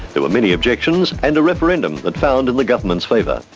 there were many objections and a referendum that found in the government's favour.